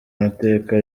amateka